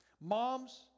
Moms